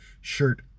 shirt